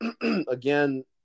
again